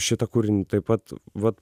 šitą kūrinį taip pat vat